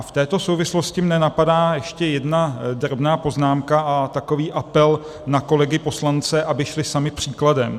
V této souvislosti mě napadá ještě jedna drobná poznámka a takový apel na kolegyposlance, aby šli sami příkladem.